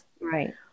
right